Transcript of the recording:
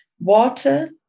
water